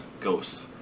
Ghosts